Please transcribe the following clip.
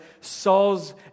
Saul's